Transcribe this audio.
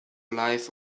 life